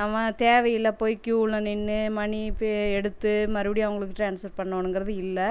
நம்ம தேவையில்லை போய் க்யூல நின்று மணி இப்போ எடுத்து மறுபடியும் அவங்களுக்கு டிராஸ்ஃபர் பண்ணணுங்கிறது இல்லை